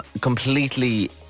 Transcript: completely